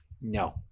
No